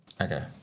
Okay